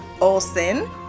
Olson